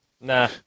Nah